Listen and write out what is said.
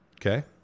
Okay